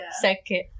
Second